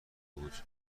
بود